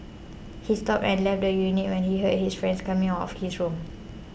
he stopped and left the unit when he heard his friend coming of his room